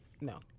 No